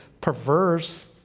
Perverse